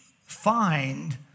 find